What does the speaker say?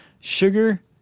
sugar